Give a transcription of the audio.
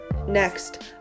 next